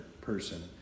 person